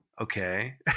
okay